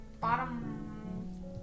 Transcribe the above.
bottom